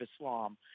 Islam